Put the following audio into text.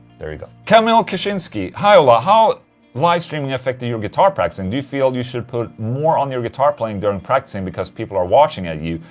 there you go. kamil kichinski hi ola, how livestreaming affected your guitar practicing? do you feel you should put more on your guitar playing during practicing because people are watching at ah you?